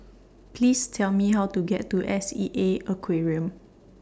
Please Tell Me How to get to S E A Aquarium